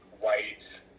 white